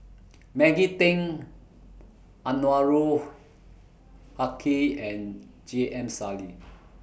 Maggie Teng Anwarul Haque and J M Sali